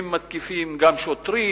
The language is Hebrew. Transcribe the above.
והם מתקיפים גם שוטרים,